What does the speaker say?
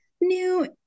new